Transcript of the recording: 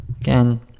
Again